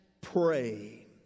pray